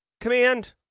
Command